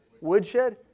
woodshed